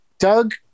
Doug